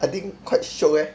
I think quite shiok eh